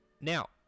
Now